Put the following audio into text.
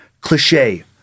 Cliche